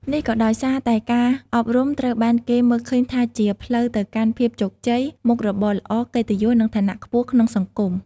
នេះក៏ដោយសារតែការអប់រំត្រូវបានគេមើលឃើញថាជា ផ្លូវទៅកាន់ភាពជោគជ័យ មុខរបរល្អ កិត្តិយស និងឋានៈខ្ពស់ក្នុងសង្គម។